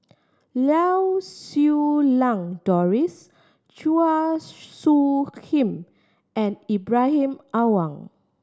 Lau Siew Lang Doris Chua Soo Khim and Ibrahim Awang